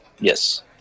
Yes